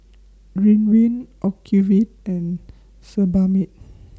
Ridwind Ocuvite and Sebamed